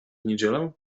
niedzielę